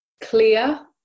clear